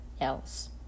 else